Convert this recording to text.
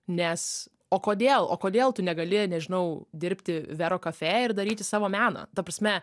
nes o kodėl o kodėl tu negali nežinau dirbti vero kafe ir daryti savo meną ta prasme